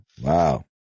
Wow